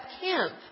camp